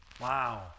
wow